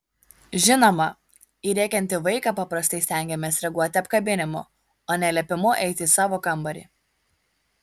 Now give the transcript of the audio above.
žinoma į rėkiantį vaiką paprastai stengiamės reaguoti apkabinimu o ne liepimu eiti į savo kambarį